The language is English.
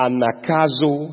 Anakazo